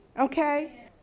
Okay